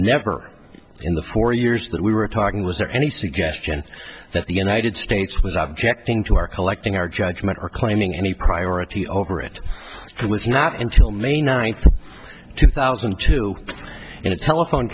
never in the four years that we were talking was there any suggestion that the united states was objecting to our collecting our judgment or claiming any priority over it was not until may ninth two thousand and two in a telephone